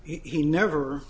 he never